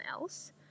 else